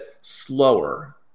slower